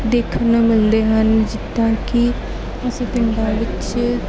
ਦੇਖਣ ਨੂੰ ਮਿਲਦੇ ਹਨ ਜਿੱਦਾਂ ਕਿ ਅਸੀਂ ਪਿੰਡਾਂ ਵਿੱਚ